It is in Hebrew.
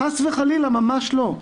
חס וחלילה, ממש לא.